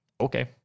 okay